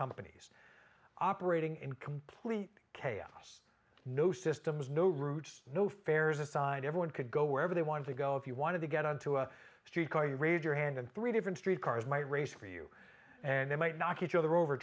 companies operating in complete chaos no systems no route no fares aside everyone could go wherever they wanted to go if you wanted to get onto a streetcar you raise your hand in three different street cars might race for you and they might knock each other over